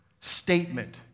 statement